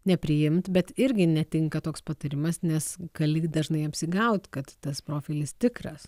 nepriimt bet irgi netinka toks patarimas nes gali dažnai apsigaut kad tas profilis tikras